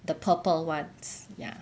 the purple [one] ya